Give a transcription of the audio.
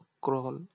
crawl